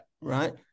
right